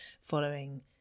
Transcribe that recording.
following